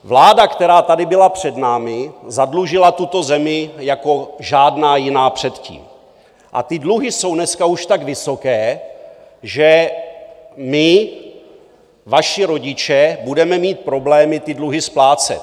Vláda, která tady byla před námi, zadlužila tuto zemi jako žádná jiná předtím a ty dluhy jsou už dneska tak vysoké, že my, vaši rodiče, budeme mít problémy ty dluhy splácet.